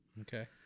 Okay